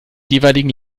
jeweiligen